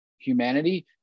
humanity